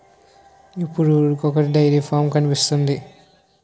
ఇప్పుడు ఊరికొకొటి dairy farm కనిపిస్తోంది